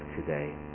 today